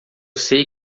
sei